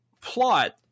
plot